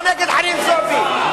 לא נגד חנין זועבי,